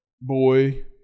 boy